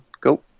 go